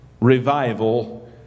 revival